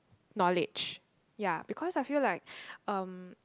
knowledge ya because I feel like um